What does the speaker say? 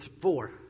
four